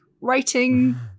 writing